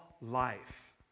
life